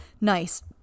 nice